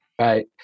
Right